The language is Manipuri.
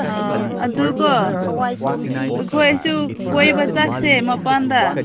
ꯑꯣ ꯑꯗꯨꯀꯣ ꯑꯩꯈꯣꯏꯁꯨ ꯀꯣꯏꯕ ꯆꯠꯁꯦ ꯃꯄꯥꯟꯗ